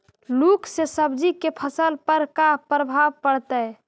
लुक से सब्जी के फसल पर का परभाव पड़तै?